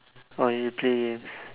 !wah! you play games